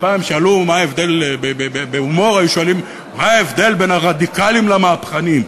פעם היו שואלים בהומור מה ההבדל בין הרדיקלים למהפכנים.